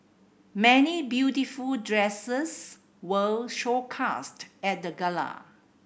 many beautiful dresses were showcased at the gala